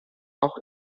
auch